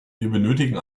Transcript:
benötigen